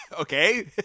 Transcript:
Okay